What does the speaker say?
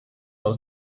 aus